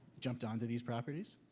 jumped onto these properties?